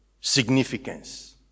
significance